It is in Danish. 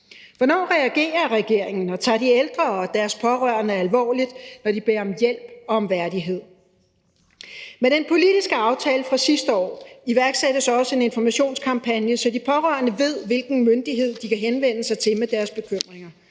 Hvornår reagerer regeringen og tager de ældre og deres pårørende alvorligt, når de beder om hjælp og om værdighed? Med den politiske aftale fra sidste år iværksættes også en informationskampagne, så de pårørende ved, hvilken myndighed de kan henvende sig til med deres bekymringer.